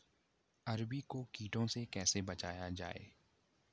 अरबी को कीटों से कैसे बचाया जाए?